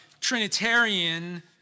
Trinitarian